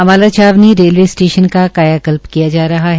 अम्बाला छावनी railway station का कायाकल्प किया जा रहा है